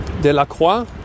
Delacroix